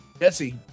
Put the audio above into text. Jesse